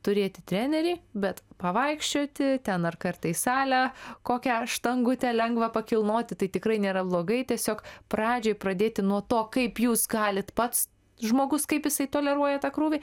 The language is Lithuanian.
turėti trenerį bet pavaikščioti ten ar kartais salę kokią štangutė lengva pakilnoti tai tikrai nėra blogai tiesiog pradžioj pradėti nuo to kaip jūs galit pats žmogus kaip jisai toleruoja tą krūvį